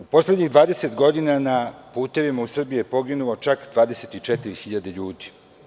Poslednjih 20 godina na putevima u Srbiji je poginulo čak 24.000 ljudi.